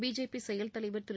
BJP செயல்தலைவர் திரு